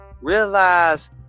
Realize